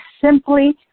simply